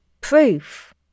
proof